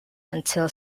until